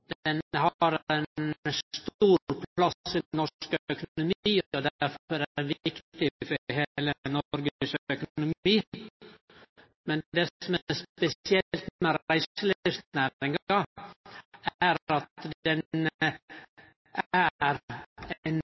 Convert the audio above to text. har ein stor plass i norsk økonomi, og er difor viktig for heile Noregs økonomi, men det som er spesielt med reiselivsnæringa, er at det er